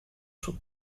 suo